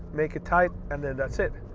make it tight. and then that's it.